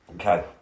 Okay